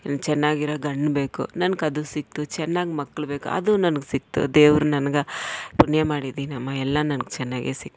ಚೆನ್ನಾಗಿರೊ ಗಂಡ ಬೇಕು ನನ್ಗದು ಸಿಕ್ತು ಚೆನ್ನಾಗಿ ಮಕ್ಳು ಬೇಕು ಅದು ನನ್ಗೆ ಸಿಕ್ತು ದೇವರು ನನ್ಗೆ ಪುಣ್ಯ ಮಾಡಿದ್ದೀನಮ್ಮ ಎಲ್ಲ ನಂಗೆ ಚೆನ್ನಾಗೆ ಸಿಕ್ತು